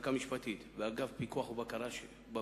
המחלקה המשפטית ואת אגף פיקוח ובקרה במשרד,